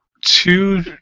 two